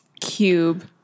cube